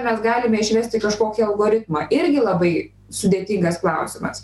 mes galime išvesti kažkokį algoritmą irgi labai sudėtingas klausimas